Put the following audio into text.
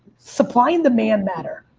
supplying the main matter.